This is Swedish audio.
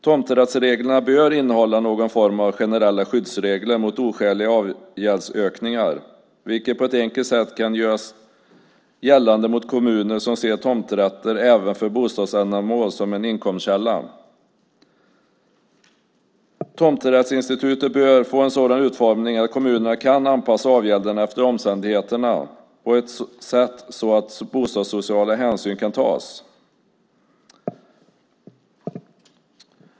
Tomträttsreglerna bör innehålla någon form av generella skyddsregler mot oskäliga avgäldsökningar, vilka på ett enkelt sätt kan göras gällande mot kommuner som ser tomträtter även för bostadsändamål som en inkomstkälla. Tomträttsinstitutet bör få en sådan utformning att kommunerna kan anpassa avgälderna efter omständigheterna på ett sådant sätt att bostadssociala hänsyn kan tas.